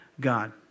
God